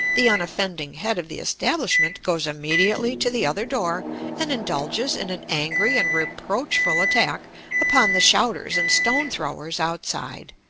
the unoffending head of the establishment goes immediately to the other door and indulges in an angry and reproachful attack upon the shouters and stone-throwers outside.